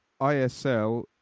ISL